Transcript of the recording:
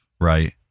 right